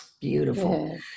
beautiful